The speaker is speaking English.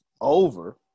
over